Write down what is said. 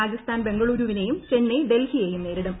രാജസ്ഥാൻ ബംഗളൂരുവിനെയും ചെന്നൈ ഡൽഹിയെയും നേരിടും